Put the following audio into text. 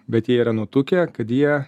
bet jie yra nutukę kad jie